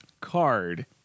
card